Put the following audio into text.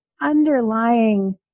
underlying